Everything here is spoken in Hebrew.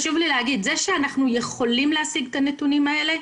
נכון שאנחנו יכולים להשיג את הנתונים האלה,